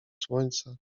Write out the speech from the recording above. słońca